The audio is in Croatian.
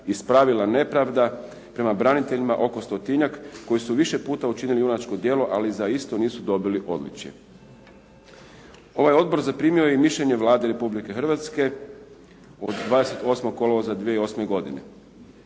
ispravila nepravda prema braniteljima oko 100-njak koji su više puta učinili junačko djelo, ali za isto nisu dobili odličje. Ovaj Odbor zaprimio je i mišljenje Vlade Republike Hrvatske od 28. kolovoza 2008. godine.